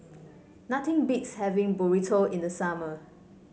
nothing beats having Burrito in the summer